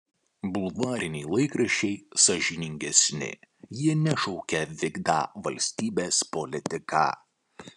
bulvariniai laikraščiai sąžiningesni jie nešaukia vykdą valstybės politiką